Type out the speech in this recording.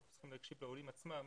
אנחנו צריכים להקשיב לעולים עצמם.